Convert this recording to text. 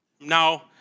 now